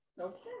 Okay